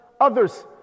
others